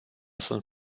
sunt